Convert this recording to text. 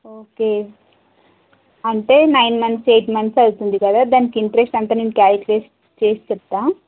okay అంటే nine months eight months అవుతుంది కదా దానికి ఇంట్రెస్ట్ అంత నేను క్యాలిక్యులేషన్ చేసి చెప్తాను